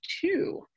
two